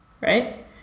right